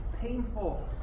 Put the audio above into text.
painful